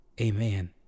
Amen